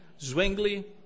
Zwingli